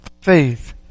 faith